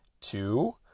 two